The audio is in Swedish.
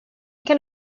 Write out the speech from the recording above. kan